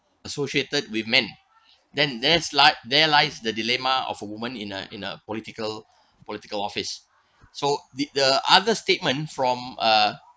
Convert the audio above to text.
associated with men then there's like there lies the dilemma of a woman in a in a political political office so the the other statement from uh